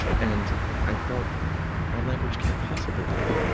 and i felt our language can't possibly die,